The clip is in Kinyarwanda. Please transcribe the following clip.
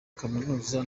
kaminuza